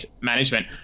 management